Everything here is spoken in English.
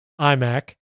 iMac